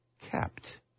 kept